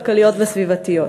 כלכליות וסביבתיות.